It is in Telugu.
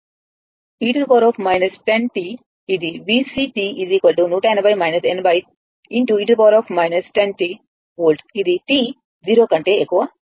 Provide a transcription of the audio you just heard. ఇది VC 180 80 e 10 t వోల్ట్ అది t ≥ 0